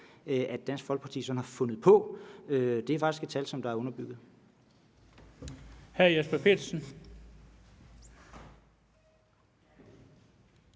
tal, Dansk Folkeparti sådan har fundet på. Det er faktisk et tal, som er underbygget.